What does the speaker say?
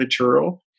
material